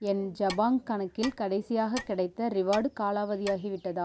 என் ஜபாங் கணக்கில் கடைசியாகக் கிடைத்த ரிவார்டு காலாவதியாகிவிட்டதா